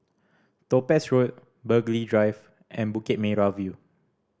Topaz Road Burghley Drive and Bukit Merah View